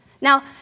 Now